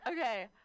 Okay